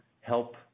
help